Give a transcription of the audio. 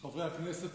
הכנסת.